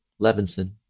Levinson